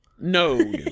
No